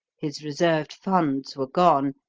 his reserved funds were gone,